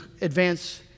advance